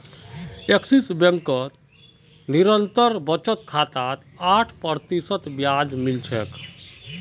axis bank निरंतर बचत खातात आठ प्रतिशत ब्याज मिल छेक